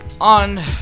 on